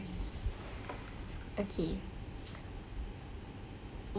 okay